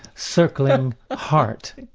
circling, heart.